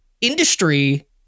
Industry